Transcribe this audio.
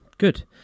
Good